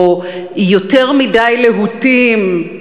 או "יותר מדי להוטים".